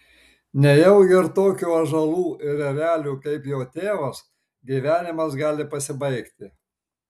nejaugi ir tokių ąžuolų ir erelių kaip jo tėvas gyvenimas gali pasibaigti